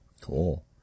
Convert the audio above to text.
Cool